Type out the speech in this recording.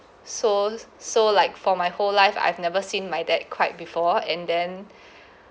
so so like for my whole life I've never seen my dad cried before and then